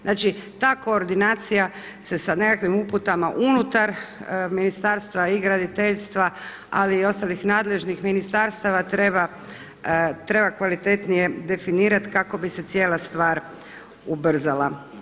Znači ta koordinacija se sa nekakvim uputama unutar Ministarstva i graditeljstva ali i ostalih nadležnih ministarstava treba kvalitetnije definirati kako bi se cijela stvar ubrzala.